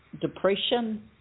depression